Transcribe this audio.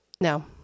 No